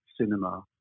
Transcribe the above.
cinema